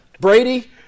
Brady